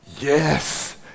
Yes